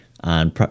on